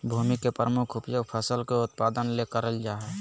भूमि के प्रमुख उपयोग फसल के उत्पादन ले करल जा हइ